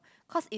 cause it